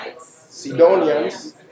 Sidonians